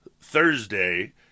Thursday